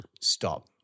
Stop